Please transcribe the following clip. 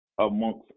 amongst